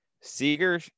Seager